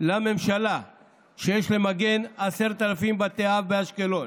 לממשלה שיש למגן 10,000 בתי אב באשקלון.